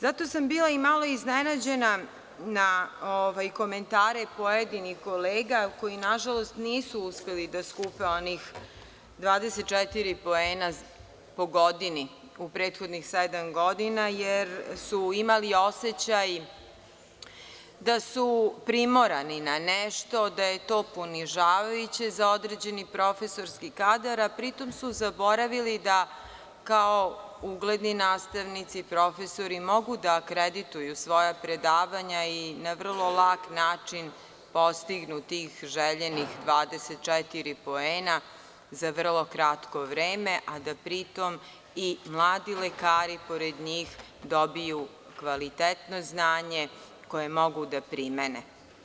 Zato sam bila i malo iznenađena na komentare pojedinih kolega koji nažalost nisu uspeli da skupe onih 24 poena po godini u prethodnih sedam godina, jer su imali osećaj da su primorani na nešto, da je to ponižavajuće za određeni profesorski kadar, a pri tom su zaboravili da kao ugledni nastavnici, profesori, mogu da akredituju svoja predavanja i da na vrlo lak način postignu tih željenih 24 poena, za vrlo kratko vreme, a da pri tom i mladi lekari pored njih dobiju kvalitetno znanje, koje mogu da primene.